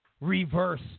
reverse